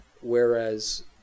Whereas